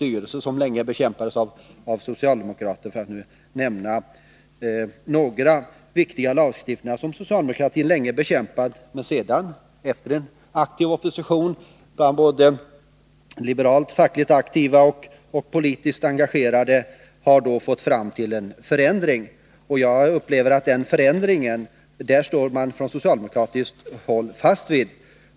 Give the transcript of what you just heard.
Dessa viktiga lagar bland andra bekämpades länge av socialdemokraterna, men efter opposition bland både liberalt fackligt aktiva och politiskt engagerade ändrade man sig. Den ändrade inställningen står socialdemokraterna också fast vid.